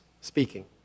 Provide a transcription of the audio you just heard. speaking